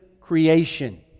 creation